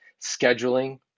scheduling